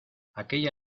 aquella